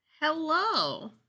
hello